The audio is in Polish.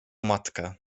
matkę